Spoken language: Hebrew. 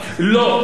לא,